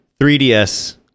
3DS